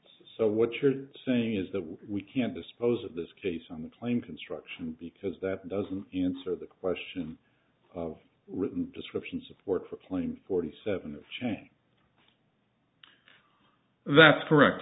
so what you're saying is that we can't dispose of this case on the plane construction because that doesn't answer the question of written description support for point forty seven of change that's correct